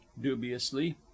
dubiously